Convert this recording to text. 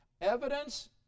Evidence